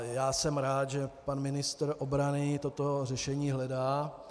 Já jsem rád, že pan ministr obrany toto řešení hledá.